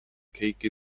cake